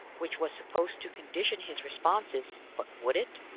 which was supposed to condition his responses, but would it?